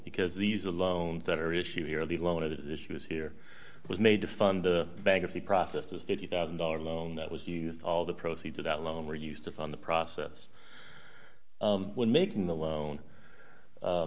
because these are loans that are issue here the loan of the issues here was made to fund the bankruptcy process this fifty thousand dollars loan that was used all the proceeds of that loan were used to fund the process when making the loan